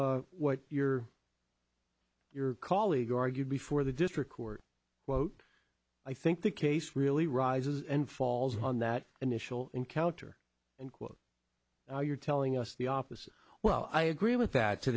what you're your colleague argued before the district court wote i think the case really rises and falls on that initial encounter and you're telling us the opposite well i agree with that to